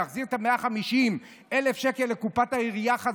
להחזיר בחזרה את ה-150,000 שקל לקופת העירייה?